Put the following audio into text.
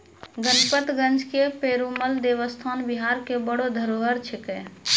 गणपतगंज के पेरूमल देवस्थान बिहार के बड़ो धरोहर छिकै